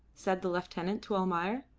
said the lieutenant to almayer.